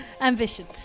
Ambition